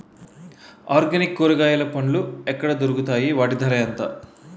Organic కూరగాయలు పండ్లు ఎక్కడ దొరుకుతాయి? వాటి ధర ఎంత?